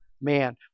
man